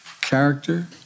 character